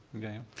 okay.